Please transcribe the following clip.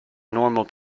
normal